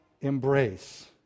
embrace